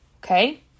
Okay